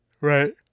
Right